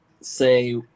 say